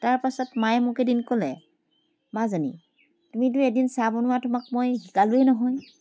তাৰপাছত মায়ে এদিন মোক ক'লে মাজনী তুমিতো এদিন চাহ বনোৱা তোমাক মই শিকালোঁৱেই নহয়